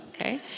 okay